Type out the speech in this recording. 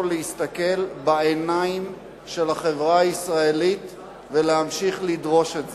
להסתכל בעיניים של החברה הישראלית ולהמשיך לדרוש את זה.